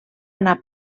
anar